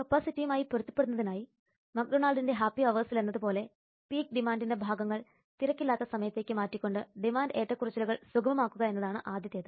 കപ്പാസിറ്റിയുമായി പൊരുത്തപ്പെടുന്നതിനായി മക്ഡൊണാൾഡിന്റെ ഹാപ്പി അവേഴ്സിലെന്നതുപോലെ പീക്ക് ഡിമാൻഡിന്റെ ഭാഗങ്ങൾ തിരക്കില്ലാത്ത സമയത്തേക്ക് മാറ്റിക്കൊണ്ട് ഡിമാൻഡ് ഏറ്റക്കുറച്ചിലുകൾ സുഗമമാക്കുക എന്നതാണ് ആദ്യത്തേത്